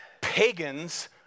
pagans